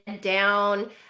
down